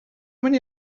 many